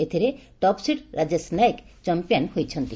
ଏଥିରେ top seed Rajesh Nayak champion ହୋଇଛନ୍ତି